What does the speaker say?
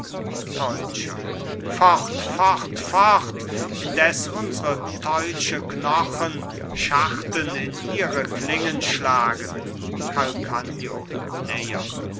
teutscher fort fort fort indes unsre teutsche knochen scharten in ihre klingen schlagen calcagno